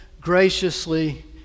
graciously